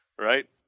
Right